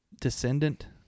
descendant